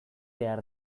behar